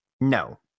No